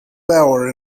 bauer